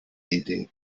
idee